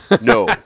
No